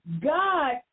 God